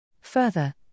Further